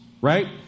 Right